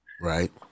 right